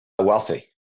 wealthy